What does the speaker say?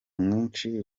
mwinshi